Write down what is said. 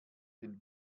den